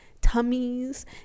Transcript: tummies